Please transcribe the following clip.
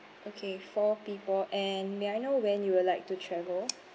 okay four people and may I know when you would like to travel